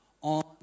on